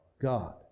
God